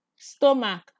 Stomach